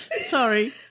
Sorry